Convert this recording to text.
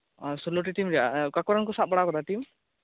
ᱥᱳᱞᱳᱴᱤ team ᱨᱮᱭᱟᱜ ᱚᱠᱟ ᱠᱚ ᱚᱠᱟ ᱠᱚᱨᱮᱱ ᱠᱚ ᱥᱟᱵ ᱵᱟᱲᱟ ᱟᱠᱟᱫᱟ ᱴᱤᱢ